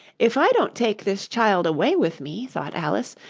if i don't take this child away with me thought alice,